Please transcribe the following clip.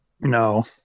No